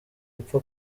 apfa